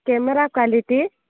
camera quality